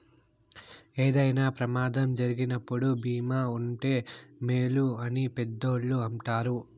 ఏదైనా ప్రమాదం జరిగినప్పుడు భీమా ఉంటే మేలు అని పెద్దోళ్ళు అంటారు